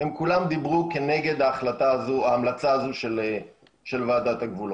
הם כולם דיברו כנגד ההמלצה הזו של ועדת הגבולות.